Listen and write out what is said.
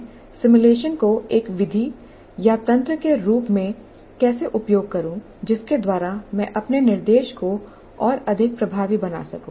मैं सिमुलेशन को एक विधि या तंत्र के रूप में कैसे उपयोग करूं जिसके द्वारा मैं अपने निर्देश को और अधिक प्रभावी बना सकूं